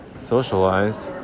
Socialized